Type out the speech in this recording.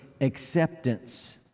acceptance